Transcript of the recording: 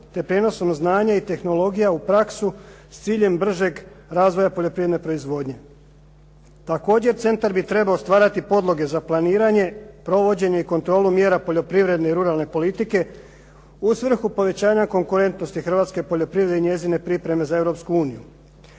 te prijenosom znanja i tehnologija u praksu s ciljem bržeg razvoja poljoprivredne proizvodnje. Također centar bi trebao stvarati podloge za planiranje, provođenje i kontrolu mjera poljoprivredne i ruralne politike, u svrhu povećanja konkurentnosti hrvatske poljoprivrede i njezine pripreme za Europsku uniju.